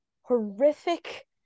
horrific